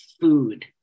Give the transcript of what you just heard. food